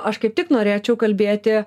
aš kaip tik norėčiau kalbėti